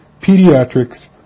pediatrics